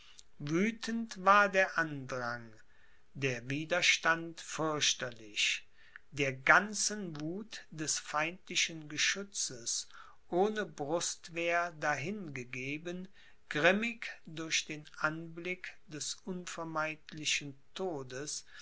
wüthend war der andrang der widerstand fürchterlich der ganzen wuth des feindlichen geschützes ohne brustwehr dahin gegeben grimmig durch den anblick des unvermeidlichen todes